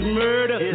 murder